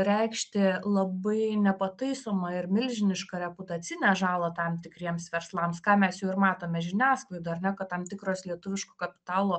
reikšti labai nepataisomą ir milžinišką reputacinę žalą tam tikriems verslams ką mes jau ir matome žiniasklaidoj ar ne kad tam tikros lietuviško kapitalo